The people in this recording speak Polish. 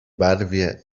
barwie